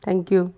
thank you